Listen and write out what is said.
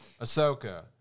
Ahsoka